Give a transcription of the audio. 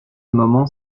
moment